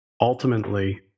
ultimately